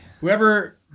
Whoever